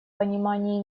понимании